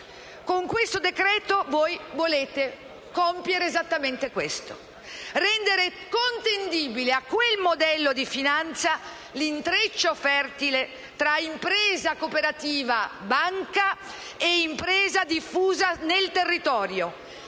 Con questo decreto volete compiere esattamente questo: rendere contendibile a quel modello di finanza l'intreccio fertile tra impresa cooperativa-banca e impresa diffusa sul territorio,